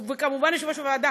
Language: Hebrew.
וכמובן יושב-ראש הוועדה,